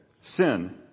sin